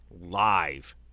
live